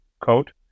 code